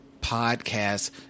Podcast